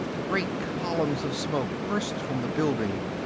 great columns of smoke burst from the building.